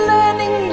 Learning